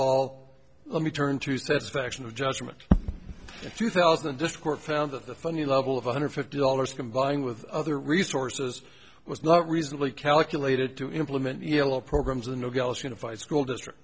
all let me turn to satisfaction of judgment of two thousand and just court found that the funny level of one hundred fifty dollars combined with other resources was not reasonably calculated to implement yellow programs in nogales unified school district